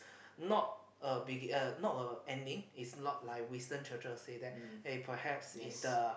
not a begin uh not a ending it's not like Winston-Churchill say that hey perhaps it's the